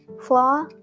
flaw